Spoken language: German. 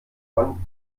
von